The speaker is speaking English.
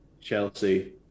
Chelsea